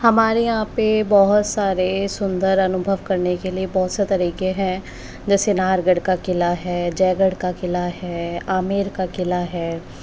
हमारे यहाँ पर बहुत सारे सुंदर अनुभव करने के लिए बहुत से तरीके हैं जैसे नाहरगढ़ का किला है जयगढ़ का किला है आमेर का किला है